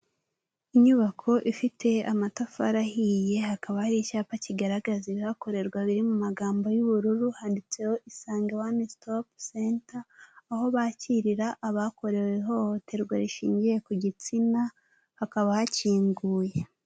Inyubako ifite amatafari ahiye hakaba hari icyapa kigaragaza ibihakorerwa biri mu magambo y'ubururu handitseho isange wani stopu senta, aho bakirira abakorewe ihohoterwa rishingiye ku gitsina hakaba hakinguye.